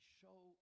show